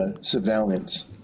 surveillance